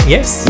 Yes